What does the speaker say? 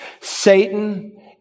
Satan